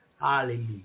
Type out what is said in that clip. Hallelujah